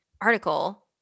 article